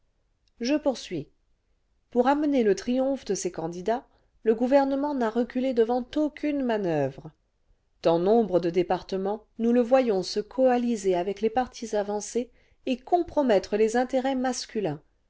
je poursuis pour amener le triomphe cle ses candidats le gouvernement n'a reculé le vingtième siècle devant aucune manoeuvre dans nombre de départements nous le voyons se coaliser avec les partis avancés et compromettre les intérêts masculins